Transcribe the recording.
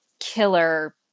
killer